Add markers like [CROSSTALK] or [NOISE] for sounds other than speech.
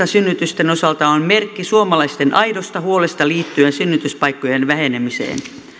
[UNINTELLIGIBLE] synnytysten osalta on merkki suomalaisten aidosta huolesta liittyen synnytyspaikkojen vähenemiseen